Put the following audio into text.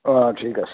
অঁ ঠিক আছে